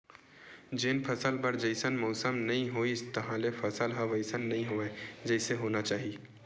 जेन फसल बर जइसन मउसम नइ होइस तहाँले फसल ह वइसन नइ होवय जइसे होना चाही